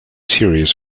series